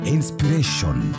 Inspiration